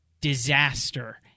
disaster